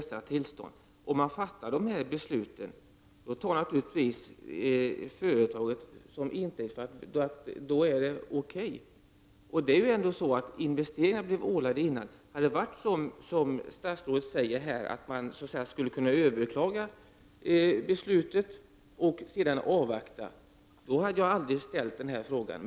När nu länsstyrelsen fattar detta beslut tar naturligtvis företaget för givet att det är okej. Företaget blev ju ålagt att göra dessa investeringar innan regeringen fattade sitt beslut. Hade det varit så som statsrådet säger här, att man skulle ha överklagat beslutet och avvaktat, då hade jag aldrig behövt ställa frågan.